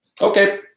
Okay